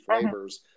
flavors